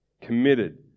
committed